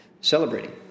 celebrating